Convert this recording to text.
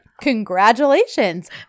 congratulations